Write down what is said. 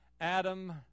Adam